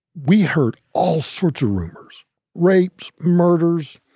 we heard all sorts of rumors rapes, murders,